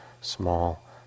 small